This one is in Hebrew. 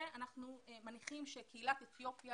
אנחנו מניחים לגבי קהילת אתיופיה,